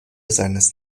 seines